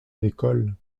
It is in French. l’école